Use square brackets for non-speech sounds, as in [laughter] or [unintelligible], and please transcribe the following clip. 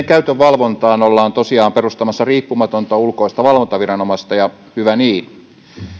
[unintelligible] käytön valvontaan ollaan tosiaan perustamassa riippumatonta ulkoista valvontaviranomaista ja hyvä niin